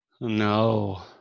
No